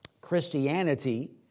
Christianity